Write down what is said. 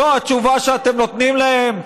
זו התשובה שאתם נותנים להן?